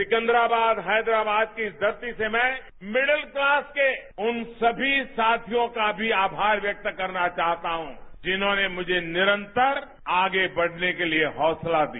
सिकन्दराबाद हैदराबाद की इस धरती से मैं मिडल क्लॉस के उन सभी साथियों का भी आभार व्यक्त करना चाहता हूं जिन्होंने मुझे निरंतर आगे बढ़ने के लिए हौसला दिया